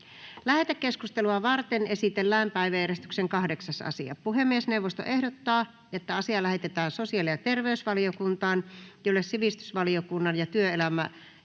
Lähetekeskustelua varten esitellään päiväjärjestyksen 8. asia. Puhemiesneuvosto ehdottaa, että asia lähetetään sosiaali- ja terveysvaliokuntaan, jolle sivistysvaliokunnan ja työelämä- ja